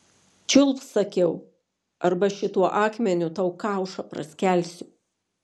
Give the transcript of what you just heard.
čiulpk sakiau arba šituo akmeniu tau kaušą praskelsiu